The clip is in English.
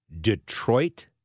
Detroit